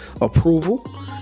approval